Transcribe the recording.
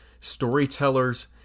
Storytellers